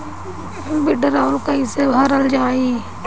वीडरौल कैसे भरल जाइ?